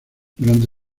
durante